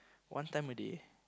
one time a day